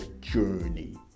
Journey